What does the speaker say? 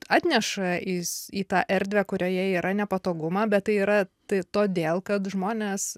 atneša į į tą erdvę kurioje yra nepatogumą bet tai yra tai todėl kad žmonės